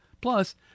Plus